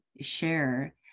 share